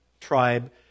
tribe